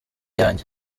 yanjye